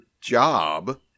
job